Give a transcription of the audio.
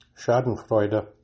schadenfreude